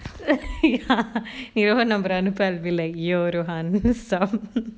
ya be like you rohan